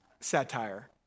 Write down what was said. Satire